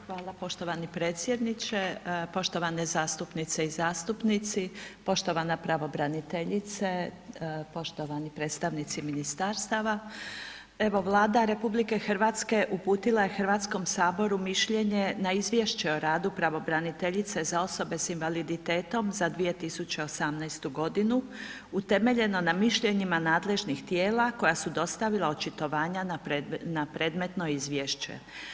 Hvala poštovani predsjedniče, poštovane zastupnice i zastupnici, poštovana pravobraniteljice, poštovani predstavnici ministarstava, evo Vlada RH uputila je Hrvatskom saboru mišljenje na izvješće o radu pravobraniteljice za osobe s invaliditetom za 2018. godinu utemeljeno na mišljenima nadležnih tijela koja su dostavila očitovanja na predmetno izvješće.